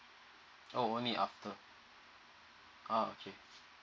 oh only after ah okay